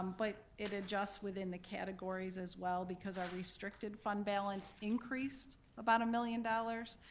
um but it adjusts within the categories as well because our restricted fund balance increased about a million dollars,